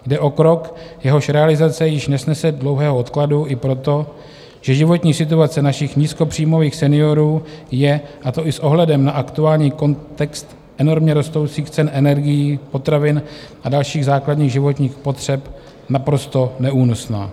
Jde o krok, jehož realizace již nesnese dlouhého odkladu i proto, že životní situace našich nízkopříjmových seniorů je, a to i s ohledem na aktuální kontext enormně rostoucích cen energií, potravin a dalších základních životních potřeb, naprosto neúnosná.